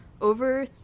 over